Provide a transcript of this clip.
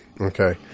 Okay